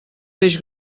peix